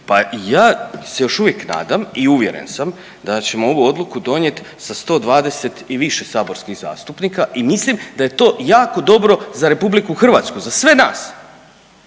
Pa ja se još uvijek nadam i uvjeren sam da ćemo ovu odluku donijeti sa 120 i više saborskih zastupnika i mislim da je to jako dobro za RH, za sve nas.